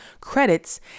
credits